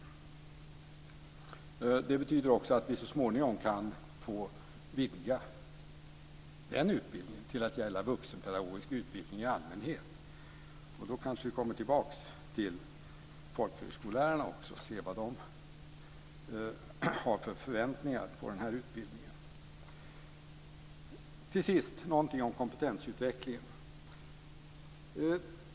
Detta betyder också att vi så småningom kan vidga den utbildningen till att gälla vuxenpedagogisk utbildning i allmänhet. Då kommer vi kanske också tillbaka till folkhögskolelärarna och kan se vilka förväntningar de har på den här utbildningen. Till sist något om kompetensutvecklingen.